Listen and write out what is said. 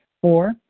Four